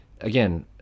again